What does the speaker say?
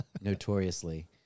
notoriously